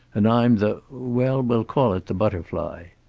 and i'm the well, we'll call it the butterfly.